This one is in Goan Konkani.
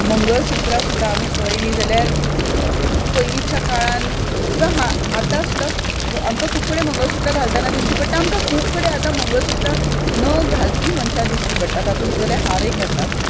मंगळसुत्रां सुद्दां आमी पयली जाल्यार पयलींच्या काळान किंवां आतां सुद्दां आमकां खूब कडेन मंगळसुत्र घालतना दिश्टी पडटा आमकां खूब कडेन आतां मंगळसुत्रां न घालपी मनशांय दिश्टी पडटा तातूंत भितरल्या हांव एक आसां